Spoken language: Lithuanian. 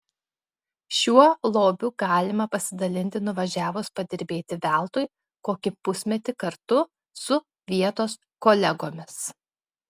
šiuo lobiu galima pasidalinti nuvažiavus padirbėti veltui kokį pusmetį kartu su vietos kolegomis